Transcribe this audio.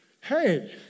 hey